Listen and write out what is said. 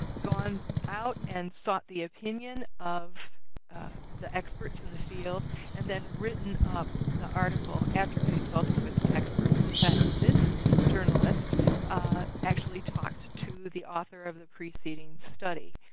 gone out and sought the opinion of the experts in the field and then written the article after consulting with the experts. in fact this journalist actually talked to the author of the preceding study,